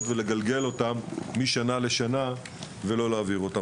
ולגלגל אותן משנה לשנה ולא להעביר אותן.